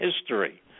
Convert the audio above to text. history